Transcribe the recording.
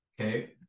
okay